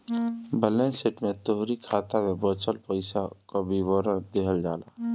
balance sheet में तोहरी खाता में बचल पईसा कअ विवरण देहल जाला